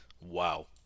wow